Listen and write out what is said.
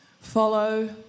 Follow